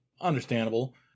understandable